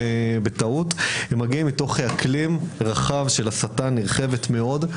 הם מגיעים מתוך אקלים של הסתה נרחבת מאוד.